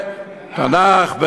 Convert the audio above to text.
תנ"ך.